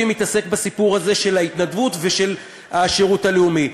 מתעסק בסיפור הזה של ההתנדבות ושל השירות הלאומי.